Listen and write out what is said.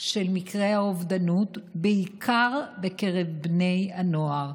של מקרי האובדנות, בעיקר בקרב בני הנוער,